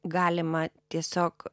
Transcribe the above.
galima tiesiog